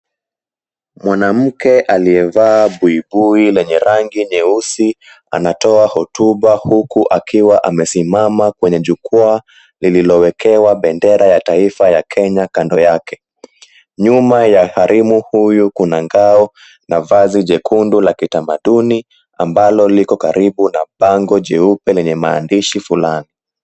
Mwanamke aliyevaa buibui lenye rangi nyeusi anatoa hotuba, huku akiwa amesimama kwenye jukwaa lililowekewa bendera ya taifa ya Kenya kando yake. Nyuma ya harim huyu kuna ngao na vazi jekundu la kitamaduni, ambalo liko karibu na pango jeupe lenye maandishi fulani.